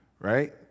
right